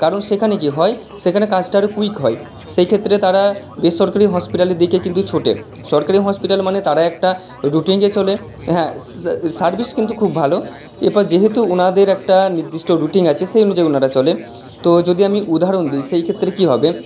কারণ সেখানে কী হয় সেখানে কাজটা আরও কুইক হয় সেইক্ষেত্রে তারা বেসরকারি হসপিটালের দিকে কিন্তু ছোটে সরকারি হসপিটাল মানে তারা একটা রুটিনে চলে হ্যাঁ সার্ভিস কিন্তু খুব ভালো এবার যেহেতু উনাদের একটা নিদ্দিষ্ট রুটিন আছে সেই অনুযায়ী উনারা চলে তো যদি আমি উদাহরণ দিই সেই ক্ষেত্রে কী হবে